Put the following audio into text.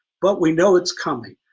but we know it's coming.